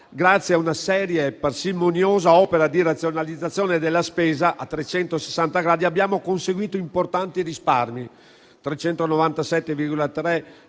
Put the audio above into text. grazie a una seria e parsimoniosa opera di razionalizzazione della spesa a 360 gradi, abbiamo conseguito importanti risparmi: